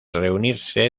reunirse